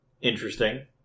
interesting